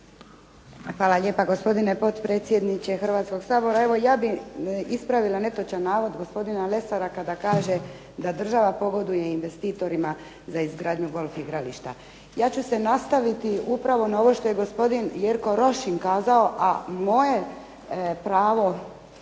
Hvala lijepa gospodine potpredsjedniče Hrvatskog sabora. Evo ja bi ispravila netočan navod gospodina Lesara kada kaže da država pogoduje investitorima za izgradnju golf igrališta. Ja ću se nastaviti upravo na ovo što je gospodin Jerko Rošin kazao, a moje "pravo"